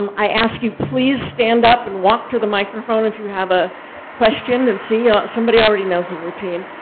i ask you, please stand up and walk to the microphone if you have a question and see, somebody already knows the routine.